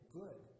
good